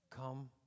come